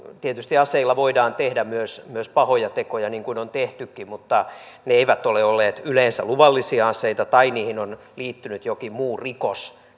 tietysti aseilla voidaan tehdä myös myös pahoja tekoja niin kuin on tehtykin mutta ne eivät ole olleet yleensä luvallisia aseita tai näiden aseiden saantiin on liittynyt jokin muu rikos